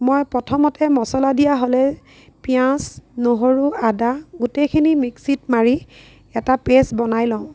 মই প্ৰথমতে মছলা দিয়া হ'লে পিঁয়াজ নহৰু আদা গোটেইখিনি মিক্সিত মাৰি এটা পেষ্ট বনাই লওঁ